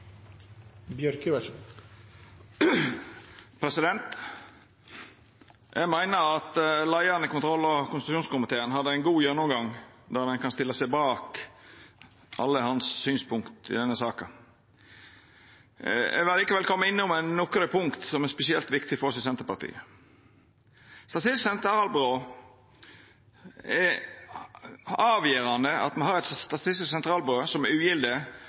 Eg meiner at leiaren i kontroll- og konstitusjonskomiteen hadde ein god gjennomgang. Ein kan stilla seg bak alle hans synspunkt i denne saka. Eg vil likevel koma innom nokre punkt som er spesielt viktige for oss i Senterpartiet. Det er avgjerande at me har eit Statistisk sentralbyrå som er